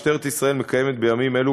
משטרת ישראל מקיימת בימים אלו,